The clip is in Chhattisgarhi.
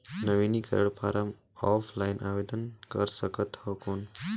नवीनीकरण फारम ऑफलाइन आवेदन कर सकत हो कौन?